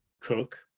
cook